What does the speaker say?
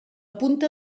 punta